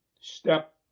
step